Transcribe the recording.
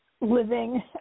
living